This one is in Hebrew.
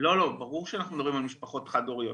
לא, לא, ברור שאנחנו מדברים על משפחות חד הוריות.